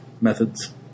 methods